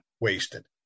Wasted